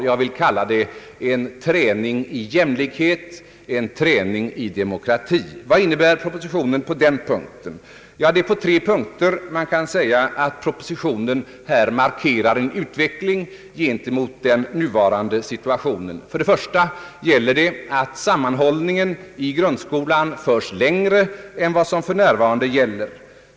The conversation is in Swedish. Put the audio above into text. Jag vill kalla det en träning i jämlikhet, i demokrati. Vad innebär propositionen i det avseendet? Man kan säga att propositionen här på tre punkter markerar en utveckling gentemot den nuvarande situationen. För det första att sammanhållningen i grundskolan görs fullständigare än den för närvarande är.